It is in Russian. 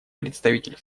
представитель